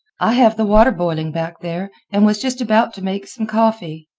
i have the water boiling back there, and was just about to make some coffee.